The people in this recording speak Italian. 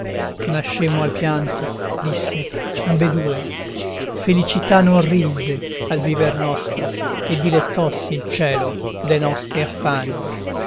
mia nascemmo al pianto disse ambedue felicità non rise al viver nostro e dilettossi il cielo de nostri affanni